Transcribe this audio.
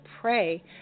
pray